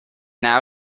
now